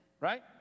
right